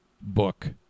book